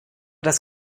das